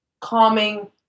calming